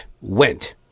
went